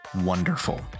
Wonderful